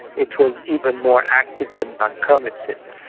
it was even more active than vancomycin. so,